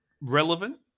relevant